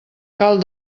cal